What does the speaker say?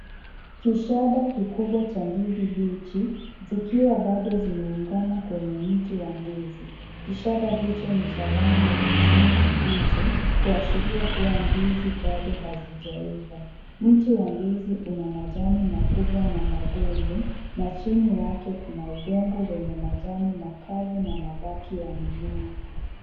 Kishada kikubwa cha ndizi mbichi, zikiwa bado zimeungana kwenye mti wa ndizi, kishada hicho ni cha rangi ya kijani kibichi, kuashiria kuwa ndizi bado hazijaiva, mti wa ndizi una majani makubwa na magumu na chini yake kuna udongo wenye majani makavu na mabaki ya mimea.